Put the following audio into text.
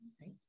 right